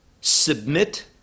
submit